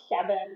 seven